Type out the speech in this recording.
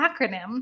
acronym